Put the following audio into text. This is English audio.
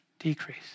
decrease